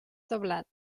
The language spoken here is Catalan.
doblat